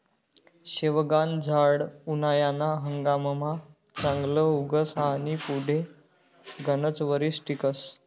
शेवगानं झाड उनायाना हंगाममा चांगलं उगस आनी पुढे गनच वरीस टिकस